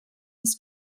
his